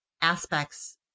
aspects